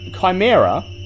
Chimera